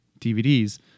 DVDs